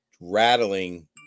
rattling